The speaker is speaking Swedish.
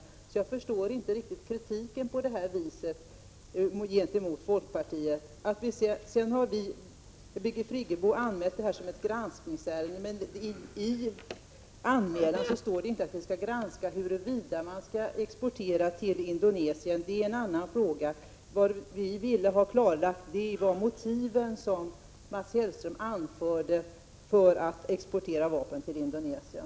Därför förstår jag inte riktigt kritiken i det här avseendet mot folkpartiet. Birgit Friggebo har anmält detta som ett granskningsärende. Men i anmälan står inte att det skall granskas huruvida man skall exportera till Indonesien. Det är en annan fråga. Vad vi ville ha klarlagt var de motiv som Mats Hellström anförde för att man skulle exportera vapen till Indonesien.